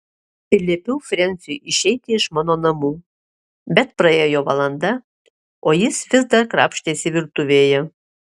ir liepiau frensiui išeiti iš mano namų bet praėjo valanda o jis vis dar krapštėsi virtuvėje